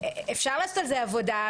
אפשר לעשות על זה עבודה,